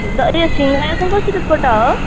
the यो सिङ्गडा चाहिँ कसरी गोटा हो